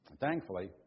Thankfully